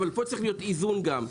אבל פה צריך להיות איזון גם,